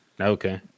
Okay